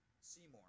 Seymour